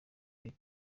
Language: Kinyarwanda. hip